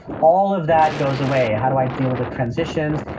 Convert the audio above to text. all of that goes away. how do i deal with transitions?